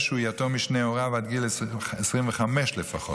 שהוא יתום משני הוריו עד גיל 25 לפחות.